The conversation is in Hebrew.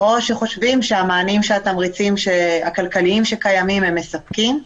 או שחושבים שהמענים שהתמריצים הקיימים נותנים הם מספקים.